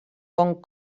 bon